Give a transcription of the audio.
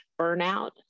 burnout